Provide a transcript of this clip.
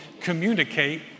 communicate